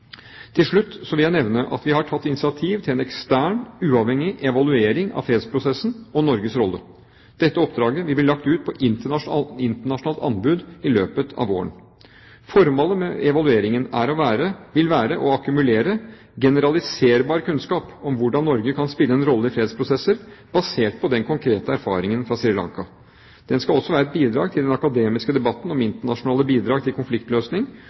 Til slutt vil jeg nevne at vi har tatt initiativ til en ekstern, uavhengig evaluering av fredsprosessen og Norges rolle. Dette oppdraget vil bli lagt ut på internasjonalt anbud i løpet av våren. Formålet med evalueringen vil være å akkumulere generaliserbar kunnskap om hvordan Norge kan spille en rolle i fredsprosesser, basert på den konkrete erfaringen fra Sri Lanka. Den skal også være et bidrag til den akademiske debatten om internasjonale bidrag til konfliktløsning